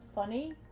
funny,